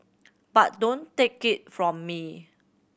but don't take it from me